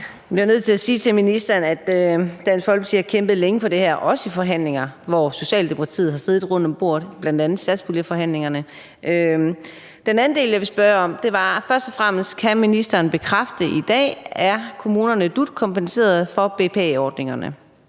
Jeg bliver nødt til at sige til ministeren, at Dansk Folkeparti har kæmpet længe for det her, også i forhandlinger, hvor Socialdemokratiet har siddet rundt om bordet, bl.a. i satspuljeforhandlingerne. Så vil jeg spørge, om ministeren i dag kan bekræfte, at kommunerne er dut-kompenseret for BPA-ordningerne.